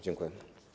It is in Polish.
Dziękuję.